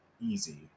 Easy